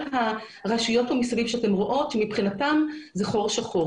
הרשויות מסביב שמבחינתן זה היום חור שחור.